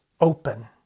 open